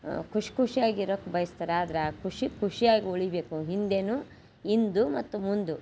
ಖುಷಿ ಖುಷ್ಯಾಗಿ ಇರೋಕ್ಕೆ ಬಯಸ್ತಾರೆ ಆದರೆ ಆ ಖುಷಿ ಖುಷಿಯಾಗಿ ಉಳೀಬೇಕು ಹಿಂದೆನೂ ಇಂದು ಮತ್ತು ಮುಂದು